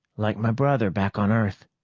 like my brother back on earth.